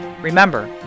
Remember